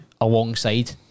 alongside